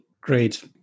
Great